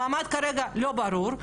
המעמד כרגע לא ברור,